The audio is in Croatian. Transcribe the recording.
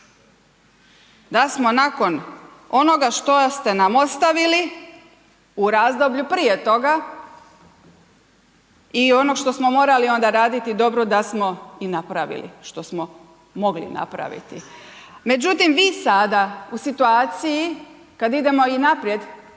da smo nakon onoga što ste nam ostavili u razdoblju prije toga i onog što smo morali onda raditi, dobro da smo i napravili što smo mogli napraviti. Međutim vi sada u situaciji kad idemo i naprijed,